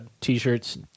T-shirts